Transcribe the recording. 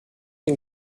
den